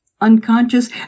unconscious